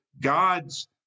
God's